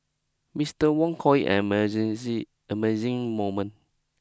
Mister Wong call it an amazing moment